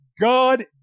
God